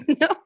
no